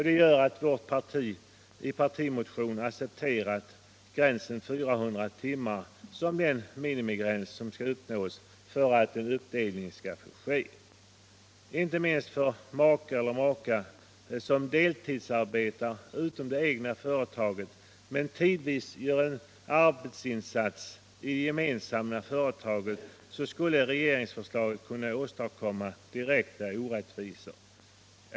Vårt parti har därför i partimotionen accepterat 400 timmar som den minimigräns som skall uppnås för att någon uppdelning skall få göras. Inte minst för make eller maka som deltidsarbetar utom det egna företaget men tidvis gör en arbetsinsats i det gemensamma företaget skulle regeringsförslaget kunna åstadkomma direkta orättvisor.